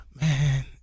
Man